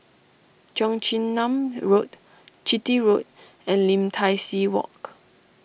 Cheong Chin Nam Road Chitty Road and Lim Tai See Walk